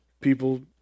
people